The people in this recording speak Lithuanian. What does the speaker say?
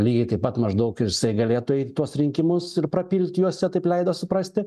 lygiai taip pat maždaug ir galėtų eit į tuos rinkimus ir prapilt juose taip leido suprasti